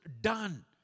Done